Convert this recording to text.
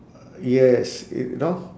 yes it you know